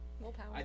Willpower